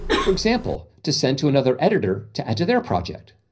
for example to send to another editor to add to their project.